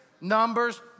Numbers